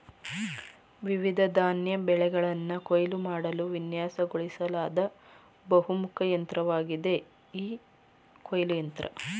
ವಿವಿಧ ಧಾನ್ಯ ಬೆಳೆಗಳನ್ನ ಕೊಯ್ಲು ಮಾಡಲು ವಿನ್ಯಾಸಗೊಳಿಸ್ಲಾದ ಬಹುಮುಖ ಯಂತ್ರವಾಗಿದೆ ಈ ಕೊಯ್ಲು ಯಂತ್ರ